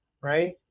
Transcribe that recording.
right